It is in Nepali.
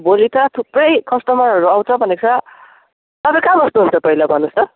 भोलि त थुप्रै कस्टमरहरू आउँछ भनेको छ तपाईँ कहाँ बस्नुहुन्छ पहिला भन्नुहोस् त